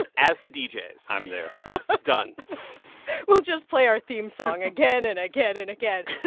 and as the deejays i'm there done we'll just play our theme song again and again and again. oh,